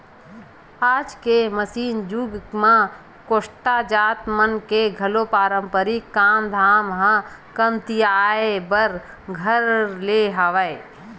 आज के मसीनी जुग म कोस्टा जात मन के घलो पारंपरिक काम धाम ह कमतियाये बर धर ले हवय